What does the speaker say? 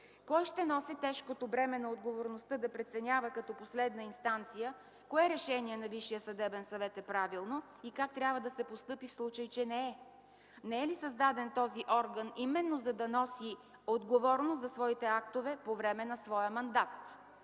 Кой ще носи тежкото бреме на отговорността да преценява като последна инстанция кое решение на Висшия съдебен съвет е правилно и как трябва да се постъпи, в случай че не е? Не е ли създаден този орган именно за да носи отговорност за своите актове по време на своя мандат?